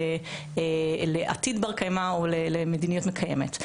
לעתיד בר קיימא או למדיניות מקיימת.